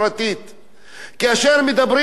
כאשר מדברים על הבעיה האירנית,